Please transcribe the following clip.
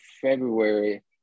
February